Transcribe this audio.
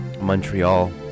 Montreal